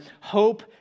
hope